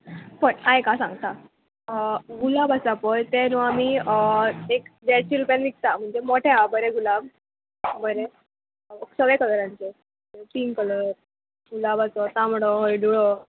पळय आयक हांव सांगतां गुलाब आसा पळय तें न्हू आमी एक देडशें रुपयान विकता म्हणजे मोटे आहा पळय ते बरें गुलाब बरें सगळे कलरांचे पिंक कलर गुलाबाचो तांबडो हयडुळो